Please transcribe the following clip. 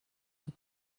have